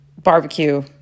barbecue